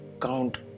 count